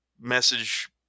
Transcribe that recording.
message